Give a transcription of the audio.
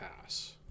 Pass